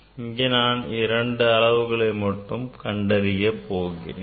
இங்கே நான் இரண்டு அளவுகளை மட்டும் கண்டறிய போகிறேன்